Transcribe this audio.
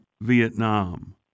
Vietnam